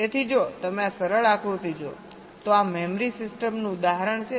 તેથી જો તમે આ સરળ આકૃતિ જુઓ તો આ મેમરી સિસ્ટમનું ઉદાહરણ છે જ્યાં આપણે 32 બીટ ડેટા કહીએ